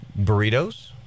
burritos